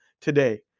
today